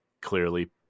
clearly